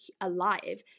alive